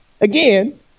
again